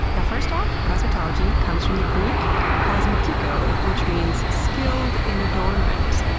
now first off, cosmetology comes from the greek kosmetikos which means skilled in adornment.